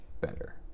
better